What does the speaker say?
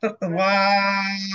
Wow